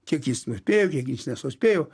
kiek jis nuspėjo kiek jis nesuspėjo